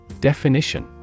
Definition